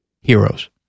heroes